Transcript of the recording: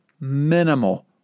minimal